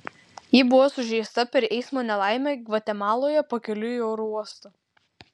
ji buvo sužeista per eismo nelaimę gvatemaloje pakeliui į oro uostą